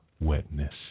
wetness